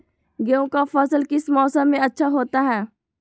गेंहू का फसल किस मौसम में अच्छा होता है?